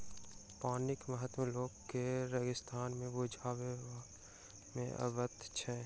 पानिक महत्व लोक के रेगिस्ताने मे बुझबा मे अबैत छै